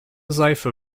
seife